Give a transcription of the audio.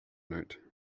note